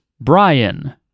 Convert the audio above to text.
Brian